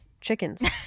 chickens